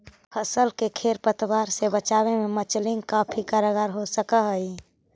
फसल के खेर पतवार से बचावे में मल्चिंग काफी कारगर हो सकऽ हई